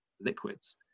liquids